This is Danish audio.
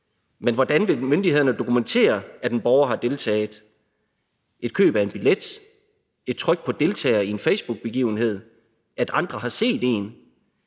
men hvordan vil myndighederne dokumentere, at en borger har deltaget? Er det ved et køb af en billet, et tryk på »deltager« i en facebookbegivenhed, at andre har set en?